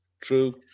True